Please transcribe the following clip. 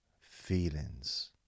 feelings